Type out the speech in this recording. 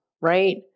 right